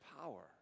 power